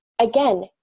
again